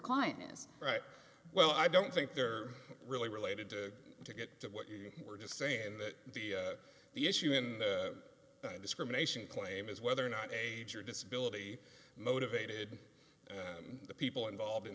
client is right well i don't think they're really related to to get to what you were just saying that the issue in the discrimination claim is whether or not age or disability motivated the people involved in